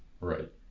Right